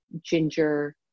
ginger